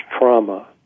trauma